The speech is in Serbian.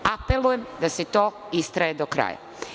Apelujem da se istraje do kraja.